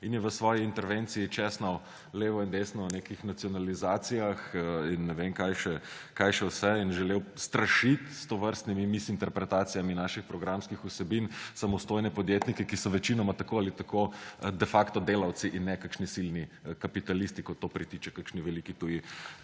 in je v svoji intervenciji česnal levo in desno o nekih nacionalizacijah in ne vem, kaj še vse, in želel s tovrstnimi misinterpretacijami naših programskih vsebin strašiti samostojne podjetnike, ki so večinoma tako ali tako de facto delavci in ne kakšni silni kapitalisti, kot to pritiče kakšni veliki tuji